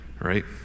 Right